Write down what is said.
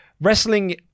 Wrestling